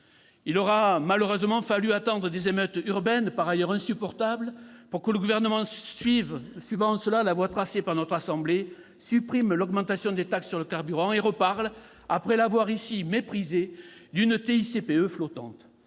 Il aura malheureusement fallu attendre des émeutes urbaines, par ailleurs insupportables, pour que le Gouvernement, suivant en cela la voie tracée par notre Haute Assemblée, supprime l'augmentation des taxes sur le carburant et reparle, après l'avoir ici méprisée, d'une TICPE flottante.